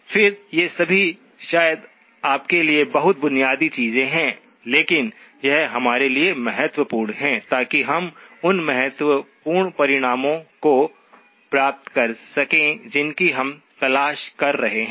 फिर ये सभी शायद आपके लिए बहुत बुनियादी चीजें हैं लेकिन यह हमारे लिए महत्वपूर्ण है ताकि हम उन महत्वपूर्ण परिणामों को प्राप्त कर सकें जिनकी हम तलाश कर रहे हैं